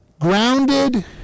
grounded